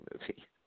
movie